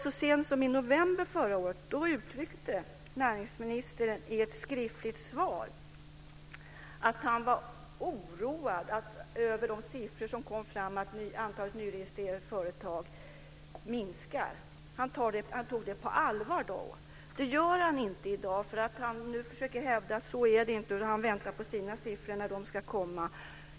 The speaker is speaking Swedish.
Så sent som i november förra året uttryckte näringsministern i ett skriftligt svar att han var oroad över de siffror som visade att antalet nyregistrerade företag minskade. Han tog det på allvar då. Det gör han inte i dag, för nu försöker han hävda att så är det inte, och han väntar på att nya siffror ska komma.